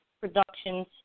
Productions